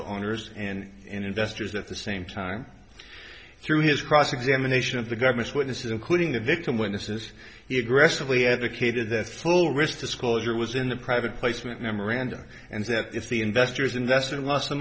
owners and investors at the same time through his cross examination of the government's witnesses including the victim witnesses he aggressively advocated that full risk disclosure was in the private placement memorandum and that if the investors invest